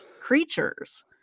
creatures